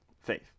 faith